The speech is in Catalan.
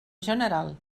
general